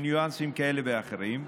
בניואנסים כאלה ואחרים,